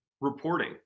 reporting